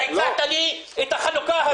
הצעת לי את החלוקה הזאת.